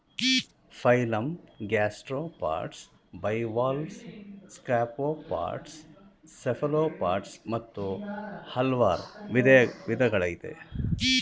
phylum gastropods bivalves scaphopods cephalopods ಮತ್ತು ಹಲ್ವಾರ್ ವಿದಗಳಯ್ತೆ